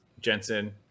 Jensen